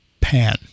Pan